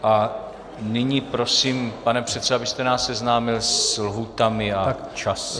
A nyní prosím, pane předsedo, abyste nás seznámil s lhůtami a časy.